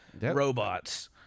Robots